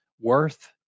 worth